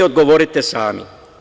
Odgovorite sami.